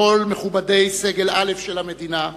וכל מכובדי סגל א' של המדינה,